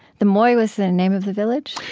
the moy was the name of the village?